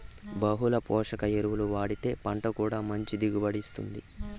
బహుళ పోషక ఎరువులు వాడితే పంట కూడా మంచి దిగుబడిని ఇత్తుంది